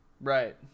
Right